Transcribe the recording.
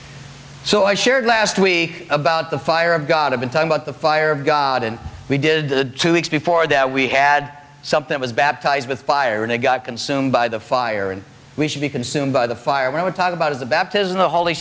so i shared last week about the fire of god i've been talking about the fire of god and we did the two weeks before that we had something was baptized with fire and it got consumed by the fire and we should be consumed by the fire when we talk about is the baptism the holy